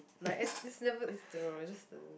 like it's never dunno